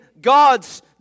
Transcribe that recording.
God's